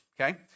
okay